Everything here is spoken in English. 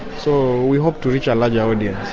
so we hope to reach um ah yeah ah and yeah